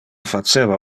faceva